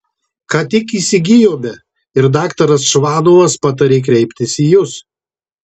ką tik įsigijome ir daktaras čvanovas patarė kreiptis į jus